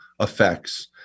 effects